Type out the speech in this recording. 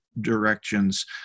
directions